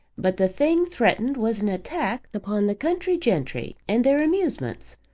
but the thing threatened was an attack upon the country gentry and their amusements,